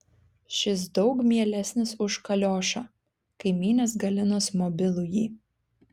šis daug mielesnis už kaliošą kaimynės galinos mobilųjį